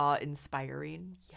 Inspiring